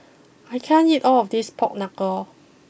I can't eat all of this Pork Knuckle